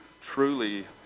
truly